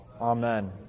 amen